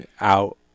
out